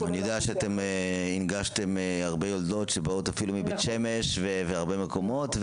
אני יודע שהנגשתם הרבה יולדות שבאות אפילו מבית שמש ומהרבה מקומות,